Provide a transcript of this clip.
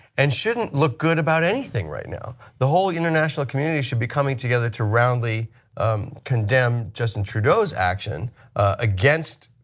and shouldn't look good about anything right now. the whole international community should be coming together to roundly condemn justin trudeau's action against